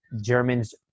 Germans